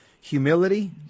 humility